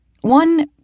One